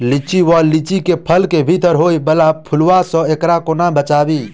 लिच्ची वा लीची केँ फल केँ भीतर होइ वला पिलुआ सऽ एकरा कोना बचाबी?